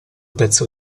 pezzo